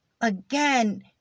Again